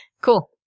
Cool